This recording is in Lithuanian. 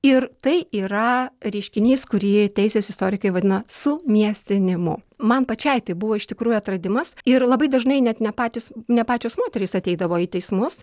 ir tai yra reiškinys kurį teisės istorikai vadina su miestinimu man pačiai tai buvo iš tikrųjų atradimas ir labai dažnai net ne patys ne pačios moterys ateidavo į teismus